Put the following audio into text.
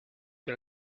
que